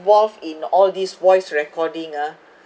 wharf in all these voice recording ah